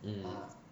mm